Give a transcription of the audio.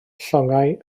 llongau